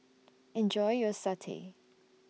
Enjoy your Satay